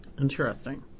Interesting